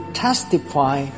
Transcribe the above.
testify